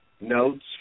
notes